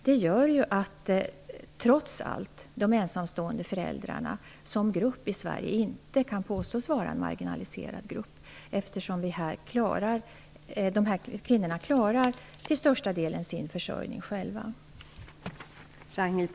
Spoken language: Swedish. De ensamstående föräldrarna som grupp i Sverige kan inte påstås vara en marginaliserad grupp, eftersom dessa kvinnor till största delen själva klarar sin försörjning.